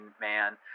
man